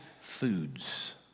foods